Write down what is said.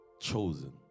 chosen